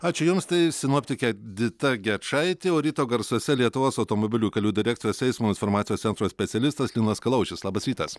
ačiū jums tai sinoptikė dita gečaitė o ryto garsuose lietuvos automobilių kelių direkcijos eismo informacijos centro specialistas linas kalaušis labas rytas